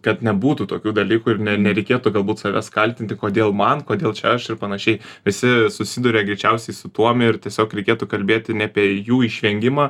kad nebūtų tokių dalykų ir ne nereikėtų galbūt savęs kaltinti kodėl man kodėl čia aš ir panašiai visi susiduria greičiausiai su tuom ir tiesiog reikėtų kalbėti ne apie jų išvengimą